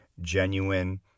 genuine